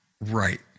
Right